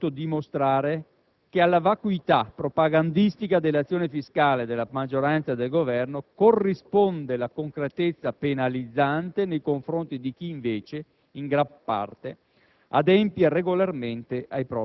Con il riferimento agli studi ISTAT ho voluto dimostrare che, alla vacuità propagandistica dell'azione fiscale della maggioranza e del Governo, corrisponde la concretezza penalizzante nei confronti di chi, invece, in gran parte